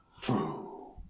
True